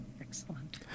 Excellent